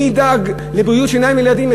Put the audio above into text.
מי ידאג לבריאות שיניים לילדים?